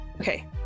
okay